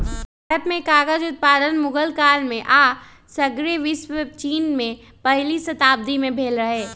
भारत में कागज उत्पादन मुगल काल में आऽ सग्रे विश्वमें चिन में पहिल शताब्दी में भेल रहै